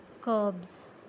curbs